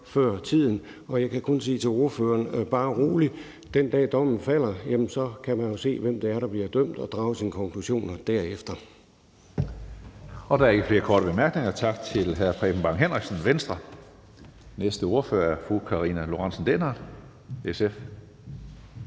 før tiden, og jeg kan kun sige til ordføreren: Bare rolig, den dag dommen falder, kan man jo se, hvem det er, der bliver dømt, og drage sine konklusioner derefter. Kl. 16:10 Tredje næstformand (Karsten Hønge): Der er ikke flere korte bemærkninger. Tak til hr. Preben Bang Henriksen, Venstre. Næste ordfører er fru Karina Lorentzen Dehnhardt, SF.